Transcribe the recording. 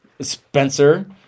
Spencer